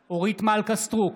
סטרוק,